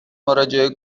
مراجعه